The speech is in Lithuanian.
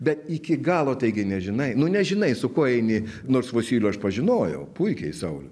bet iki galo taigi nežinai nu nežinai su kuo eini nors vosylių aš pažinojau puikiai saulių